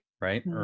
right